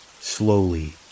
slowly